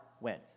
went